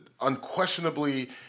unquestionably